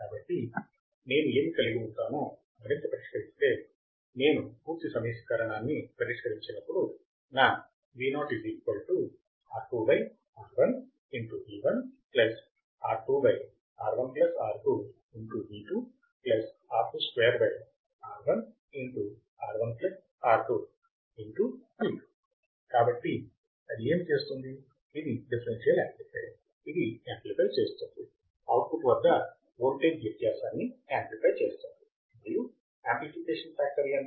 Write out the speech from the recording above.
కాబట్టి నేను ఏమి కలిగి ఉంటానో మరింత పరిష్కరిస్తే నేను పూర్తి సమీకరణాన్ని పరిష్కరించినప్పుడునా కాబట్టి అది ఏమి చేస్తుంది ఇది డిఫరెన్షియల్ యాంప్లిఫైయర్ ఇది యామ్ప్లిఫై చేస్తోంది అవుట్పుట్ వద్ద వోల్టేజ్ వ్యత్యాసాన్నియామ్ప్లిఫై చేస్తోంది మరియు యామ్ప్లిఫికేషన్ ఫ్యాక్టర్ ఎంత